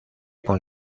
con